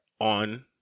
on